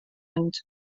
and